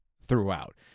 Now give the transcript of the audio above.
throughout